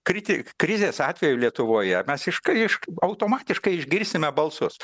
kriti krizės atveju lietuvoje mes iš kai automatiškai išgirsime balsus